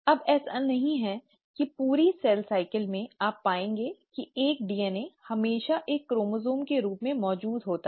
अब ऐसा नहीं है कि पूरी सेल साइकिल में आप पाएंगे कि एक DNA हमेशा एक क्रोमसोम के रूप में मौजूद होता है